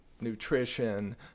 nutrition